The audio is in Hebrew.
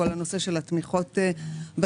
כל הנושא של התמיכות בספורט.